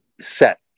set